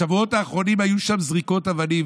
בשבועות האחרונים היו שם זריקות אבנים,